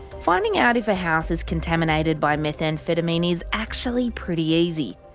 finding out if a house is contaminated by methamphetamine is actually pretty easy.